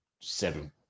seven